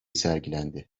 sergilendi